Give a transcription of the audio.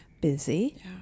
busy